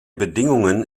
bedingungen